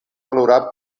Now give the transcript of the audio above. valorar